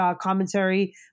commentary